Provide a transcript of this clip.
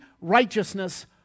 righteousness